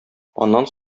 аннан